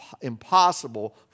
impossible